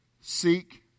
seek